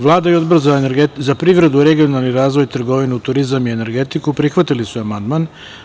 Vlada i Odbor za privredu, regionalni razvoj, trgovinu, turizam i energetiku prihvatili su amandman.